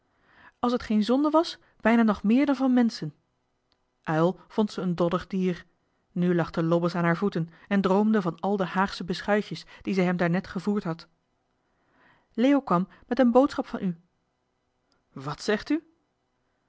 als t geen zonde was bijna nog meer dan van menschen uil vond zij een doddig dier nu lag de lobbes aan haar voeten en droomde van al de haagsche beschuitjes die zij hem daarnet gevoerd had leo kwam met een boodschap van u wàt zegt u